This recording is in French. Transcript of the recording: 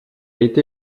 été